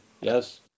Yes